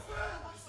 יפה.